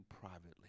privately